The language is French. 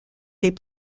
des